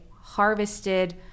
harvested